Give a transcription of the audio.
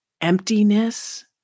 emptiness